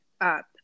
up